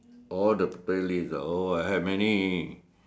oh the playlist ah oh I have many